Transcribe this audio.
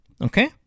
Okay